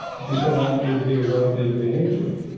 she said, i want you to be aware of his behavior.